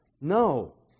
No